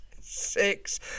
Six